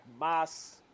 Mas